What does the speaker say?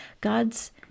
God's